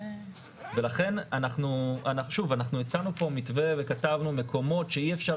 אנחנו הצענו פה מתווה וכתבנו מקומות שאי אפשר